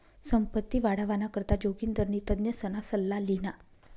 संपत्ती वाढावाना करता जोगिंदरनी तज्ञसना सल्ला ल्हिना